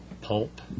pulp